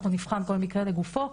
אנחנו נבחן כל מקרה לגופו,